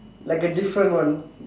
like a different one